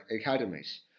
academies